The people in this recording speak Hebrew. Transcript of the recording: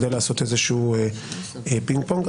נשתדל לעשות איזה שהוא פינג פונג.